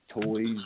Toys